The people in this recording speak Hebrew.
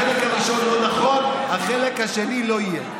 החלק הראשון לא נכון, החלק השני לא יהיה.